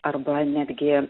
arba netgi